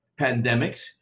pandemics